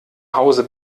hause